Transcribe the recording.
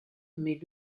mais